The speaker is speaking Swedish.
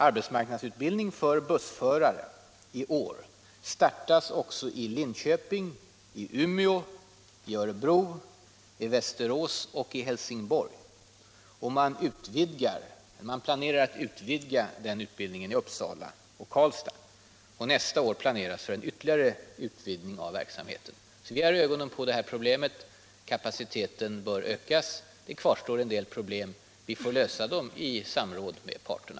Arbetsmarknadsutbildning för bussförare startas i år också i Linköping, Umeå, Örebro, Västerås och Helsingborg, och man planerar att utvidga denna utbildning i Uppsala och Karlstad. Nästa år planeras dessutom för en ytterligare utbildning av verksamheten. Vi har alltså ögonen riktade på detta problem och menar att kapaciteten bör ökas. Det kvarstår en del svårigheter som vi får lösa i samråd med de berörda parterna.